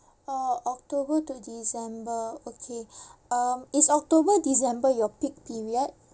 orh october to december okay um is october december your peak period